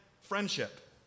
friendship